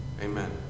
Amen